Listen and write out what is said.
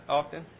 often